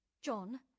John